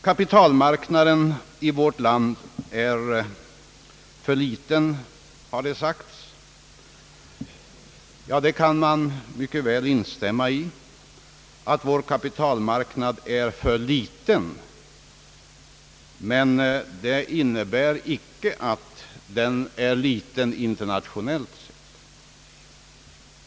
Kapitalmarknaden i vårt land är för liten, har det sagts. Man kan mycket väl hålla med om att vår kapitalmarknad är för liten, men det innebär inte att den är liten internationellt sätt.